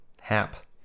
Hap